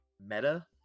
meta